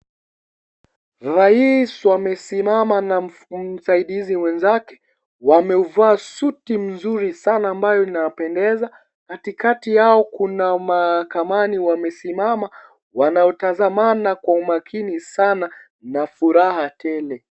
Rais wamesimama na wasaidizi wenzake. Wamevaa suti mzuri sana ambayo inapendeza. Kati kati yao kuna mahakamani wamesimama wanautazama kwa umakini sana na furaha tele.